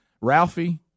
Ralphie